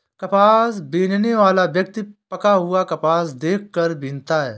कपास बीनने वाला व्यक्ति पका हुआ कपास देख कर बीनता है